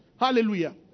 Hallelujah